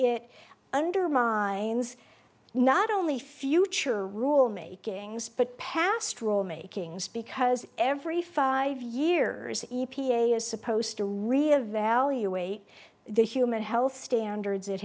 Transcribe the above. it undermines not only future rule making xp but pastoral makings because every five years eve p a is supposed to re evaluate the human health standards it